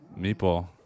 Meatball